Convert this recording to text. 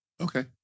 Okay